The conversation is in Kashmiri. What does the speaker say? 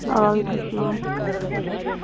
آ وعلیکُم سلام